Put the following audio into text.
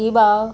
ही भाव